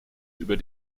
über